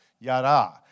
yada